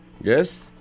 Yes